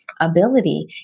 ability